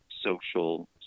social